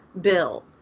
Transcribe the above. Bill